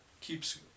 keeps